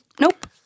nope